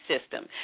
system